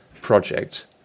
project